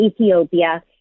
Ethiopia